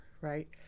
right